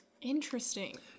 Interesting